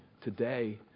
today